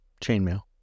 Chainmail